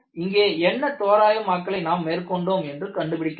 இங்கே என்ன தோராயமாக்களை நாம் மேற்கொண்டோம் என்று கண்டுபிடிக்க வேண்டும்